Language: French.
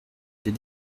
des